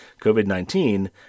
COVID-19